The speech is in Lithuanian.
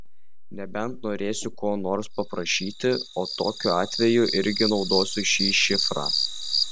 nebent norėsiu ko nors paprašyti o tokiu atveju irgi naudosiu šį šifrą